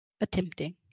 attempting